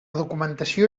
documentació